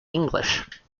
english